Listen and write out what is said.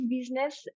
business